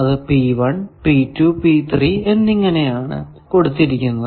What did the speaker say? അത് എന്നിങ്ങനെ ആണ് കൊടുത്തിരിക്കുന്നത്